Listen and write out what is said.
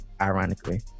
Ironically